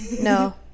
no